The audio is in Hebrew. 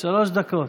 שלוש דקות.